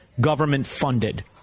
government-funded